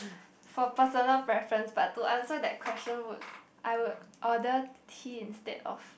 for personal preference but to answer that question would I would order tea instead of